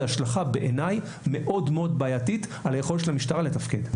השלכה מאוד מאוד בעייתית על היכולת של המשטרה לתפקד.